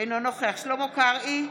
אינו נוכח שלמה קרעי,